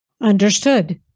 Understood